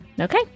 Okay